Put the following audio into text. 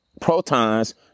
protons